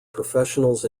professionals